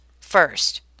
first